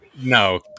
No